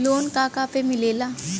Loan का का पे मिलेला?